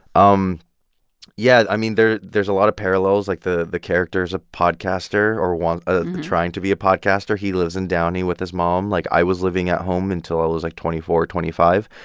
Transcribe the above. um yeah, i mean, there's there's a lot of parallels. like, the the character's a podcaster or wants ah trying to be a podcaster. he lives in downey with his mom like i was living at home until i was like twenty four or twenty five.